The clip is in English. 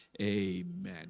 Amen